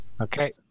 Okay